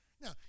now